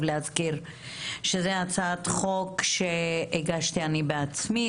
להזכיר שזה הצעת חוק שהגשתי אני בעצמי.